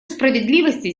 справедливости